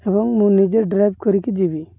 ଏବଂ ମୁଁ ନିଜେ ଡ୍ରାଇଭ୍ କରିକି ଯିବି